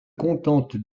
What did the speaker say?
contente